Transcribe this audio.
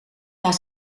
naar